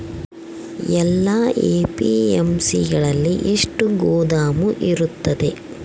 ಎಲ್ಲಾ ಎ.ಪಿ.ಎಮ್.ಸಿ ಗಳಲ್ಲಿ ಎಷ್ಟು ಗೋದಾಮು ಇರುತ್ತವೆ?